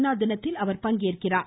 நா தினத்தில் பங்கேற்கிறார்